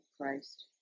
Christ